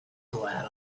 glad